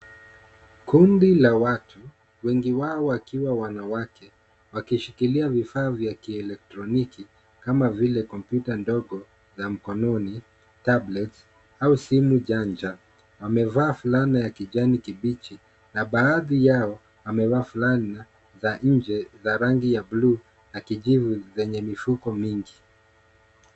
Kundi la watu, wengi wao wakiwa wanawake wakishikilia vifaa vya kielektroniki kama vile komputa ndogo za mkononi, tablets au simu janja. Wamevaa fulana ya kijani kibichi na baadhi yao wamevaa fulana za nje za rangi ya bluu na kijivu zenye mifuko mingi.